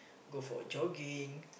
go for a jogging